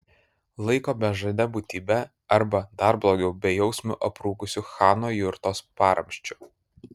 laiko bežade būtybe arba dar blogiau bejausmiu aprūkusiu chano jurtos paramsčiu